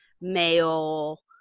male